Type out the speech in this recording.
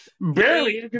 barely